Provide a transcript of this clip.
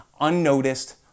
unnoticed